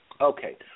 Okay